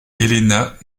helena